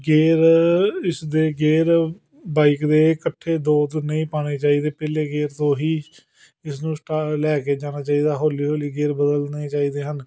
gear ਇਸਦੇ gear bike ਦੇ ਇਕੱਠੇ ਦੋ ਦੋ ਨਹੀਂ ਪਾਉਣੇ ਚਾਹੀਦੇ ਪਹਿਲੇ ਗੇਅਰ ਤੋਂ ਹੀ ਇਸਨੂੰ ਸਟਾ ਲੈ ਕੇ ਜਾਣਾ ਚਾਹੀਦਾ ਹੌਲੀ ਹੌਲੀ ਗੇਅਰ ਬਦਲਣੇ ਚਾਹੀਦੇ ਹਨ